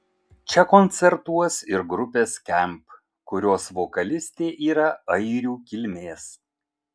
čia koncertuos ir grupė skamp kurios vokalistė yra airių kilmės